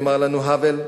יאמר לנו האוול,